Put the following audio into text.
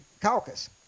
Caucus